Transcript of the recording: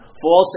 false